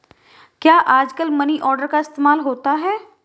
क्या आजकल money order का इस्तेमाल होता है?